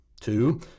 Two